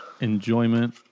enjoyment